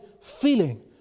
feeling